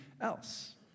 else